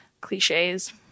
cliches